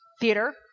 theater